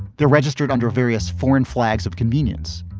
they're registered under various foreign flags of convenience.